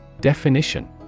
Definition